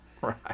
right